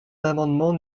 l’amendement